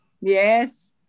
Yes